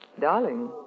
Darling